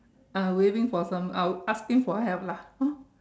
uh waving for some uh asking for help lah hor